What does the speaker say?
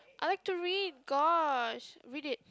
I like to read gosh read it